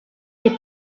des